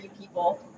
people